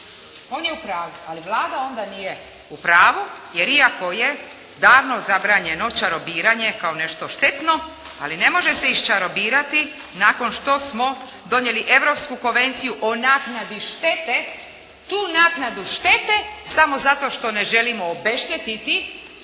On je u pravi ali Vlada onda nije u pravu jer iako je davno zabranjeno čarobiranje kao nešto štetno ali ne može se iščarobirati nakon što smo donijeli Europsku konvenciju o naknadi štete. Tu naknadu štete samo zato što ne želimo obeštetiti